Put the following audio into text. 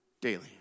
daily